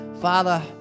Father